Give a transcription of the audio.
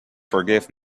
forgive